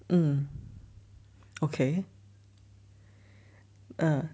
mm okay oh